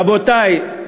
רבותי,